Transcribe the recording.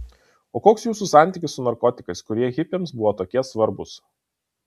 o koks jūsų santykis su narkotikais kurie hipiams buvo tokie svarbūs